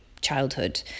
childhood